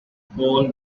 poll